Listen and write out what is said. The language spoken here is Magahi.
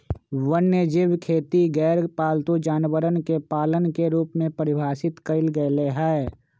वन्यजीव खेती के गैरपालतू जानवरवन के पालन के रूप में परिभाषित कइल गैले है